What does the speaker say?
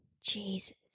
Jesus